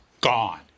gone